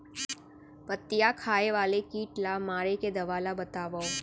पत्तियां खाए वाले किट ला मारे के दवा ला बतावव?